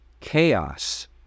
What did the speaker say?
chaos